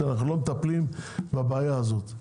שאנחנו לא מטפלים בבעיה הזאת.